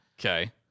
Okay